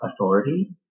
authority